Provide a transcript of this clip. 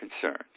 concerned